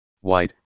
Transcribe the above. white